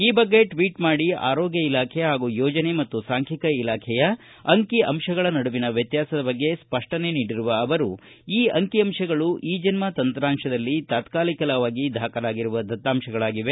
ಈ ಬಗ್ಗೆ ಟ್ವೀಟ್ ಮಾಡಿರುವ ಅವರು ಆರೋಗ್ಕ ಇಲಾಖೆ ಹಾಗೂ ಯೋಜನೆ ಮತ್ತು ಸಾಂಖಿಕ ಇಲಾಖೆಯ ಅಂಕಿ ಅಂತಗಳ ನಡುವಿನ ವ್ಯತ್ಕಾಸದ ಬಗ್ಗೆ ಸ್ಪಷ್ಟನೆ ನೀಡಿರುವ ಅವರು ಈ ಅಂಕಿ ಅಂತಗಳು ಇ ಜನ್ಮ ತಂತ್ರಾಂಶದಲ್ಲಿ ತಾತ್ಕಾಲಿಕವಾಗಿ ದಾಖಲಾಗಿರುವ ದತ್ತಾಂಶಗಳಾಗಿವೆ